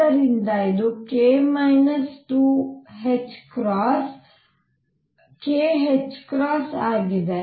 ಆದ್ದರಿಂದ ಇದು k 2ℏ kℏ ಆಗಿದೆ